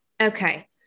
Okay